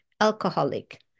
alcoholic